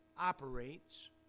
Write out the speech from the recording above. operates